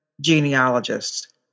genealogists